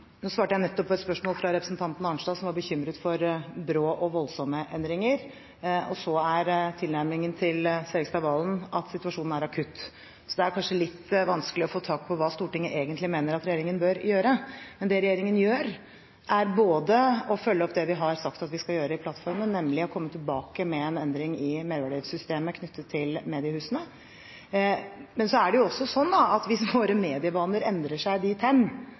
Nå svarte jeg nettopp på et spørsmål fra representanten Arnstad, som var bekymret for brå og voldsomme endringer. Og så er tilnærmingen til Serigstad Valen at situasjonen er akutt. Så det er kanskje litt vanskelig å få tak på hva Stortinget egentlig mener at regjeringen bør gjøre. Det regjeringen gjør, er å følge opp det vi har sagt at vi skal gjøre i plattformen, nemlig å komme tilbake med en endring i merverdiavgiftssystemet knyttet til mediehusene. Men hvis våre medievaner endrer seg dit hen at